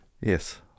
yes